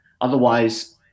Otherwise